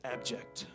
Abject